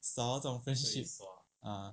少了这种 friendship ah